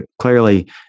clearly